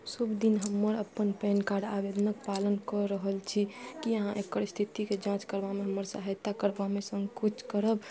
शुभ दिन हमर अपन पैन कार्ड आवेदनक पालन कऽ रहल छी कि अहाँ एकर इस्थितिके जाँच करबामे हमर सहायता करबामे सँकोच करब